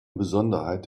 besonderheit